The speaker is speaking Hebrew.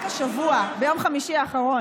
רק השבוע, ביום חמישי האחרון,